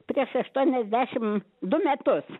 prieš aštuoniasdešim du metus